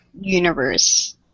universe